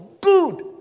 Good